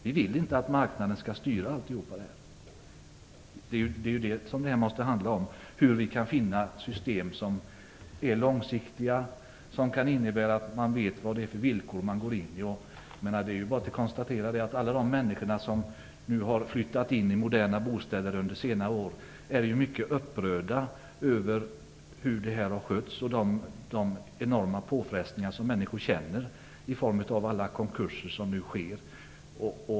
Vi vill inte att marknaden skall styra alltihop det här. Diskussionen måste handla om hur vi skall finna system som är långsiktiga, som kan innebära att man vet vad det är för villkor man går in i. Alla som har flyttat in i moderna bostäder under senare år är mycket upprörda över hur bostadspolitiken har skötts. Människor har utsatts för enorma påfrestningar på grund av alla konkurser som nu sker.